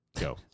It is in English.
Go